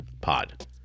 pod